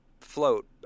float